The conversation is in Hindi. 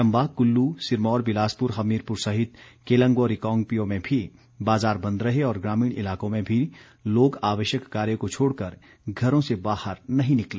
चम्बा कुल्लू सिरमौर बिलासपुर हमीरपुर सहित केलंग व रिकांगपिओ में भी बाज़ार बंद रहे और ग्रामीण इलाकों में भी लोग आवश्यक कार्य को छोड़ कर घरों से बाहर नहीं निकले